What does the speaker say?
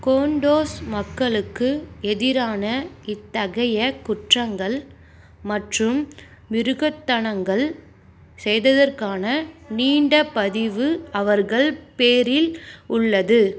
கோண்டோஸ் மக்களுக்கு எதிரான இத்தகைய குற்றங்கள் மற்றும் மிருகத்தனங்கள் செய்ததற்கான நீண்ட பதிவு அவர்கள் பேரில் உள்ளது